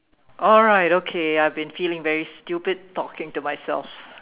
alright okay I've been feeling very stupid talking to myself